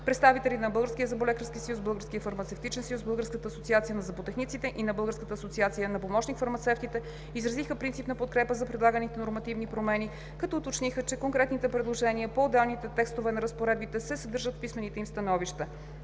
Представителите на Българския зъболекарски съюз, Българския фармацевтичен съюз, Българската асоциация на зъботехниците и на Българската асоциация на помощник-фармацевтите изразиха принципна подкрепа за предлаганите нормативни промени, като уточниха, че конкретните предложения по отделните текстове на разпоредбите се съдържат в писмените им становища.